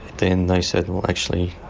then they said well actually